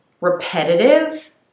repetitive